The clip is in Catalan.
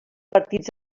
partits